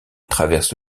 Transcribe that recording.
traverse